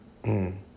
um